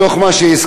מתוך מה שהזכרת,